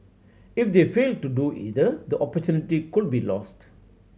if they fail to do either the opportunity could be lost